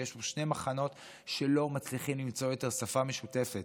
כי יש פה שני מחנות שלא מצליחים למצוא יותר שפה משותפת.